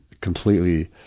completely